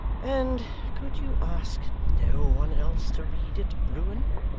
and could you ask no one else to read it, bruin